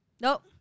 Nope